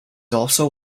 also